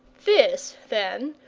this, then,